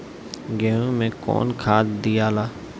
गेहूं मे कौन खाद दियाला?